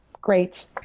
great